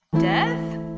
Death